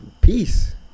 peace